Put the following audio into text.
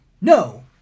no